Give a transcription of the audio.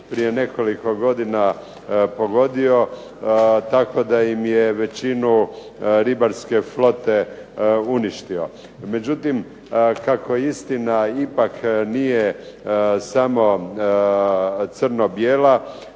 prije nekoliko godina pogodio, tako da im je većinu ribarske flote uništio. Međutim kako istina ipak nije samo crno bijela,